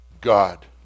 God